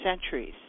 centuries